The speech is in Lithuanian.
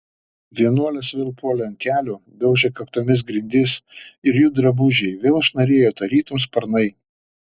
vienuolės vėl puolė ant kelių daužė kaktomis grindis ir jų drabužiai vėl šnarėjo tarytum sparnai